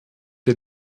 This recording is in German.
der